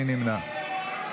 מי נמנע?